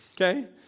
okay